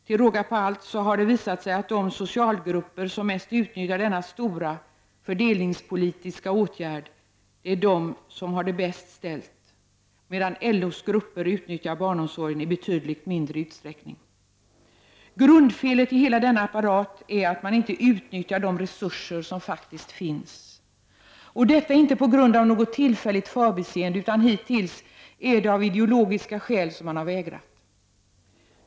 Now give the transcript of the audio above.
Till råga på allt har det visat sig att de socialgrupper som mest utnyttjar denna stora fördelningspolitiska åtgärd är de som har det bäst ställt, medan LO:s grupper utnyttjar barnomsorgen i betydligt mindre utsträckning. Grundfelet i hela denna apparat är att man inte utnyttjar de resurser som faktiskt finns. Detta har inte skett på grund av något tillfälligt förbiseende, utan det är av ideologiska skäl som man hittills har vägrat.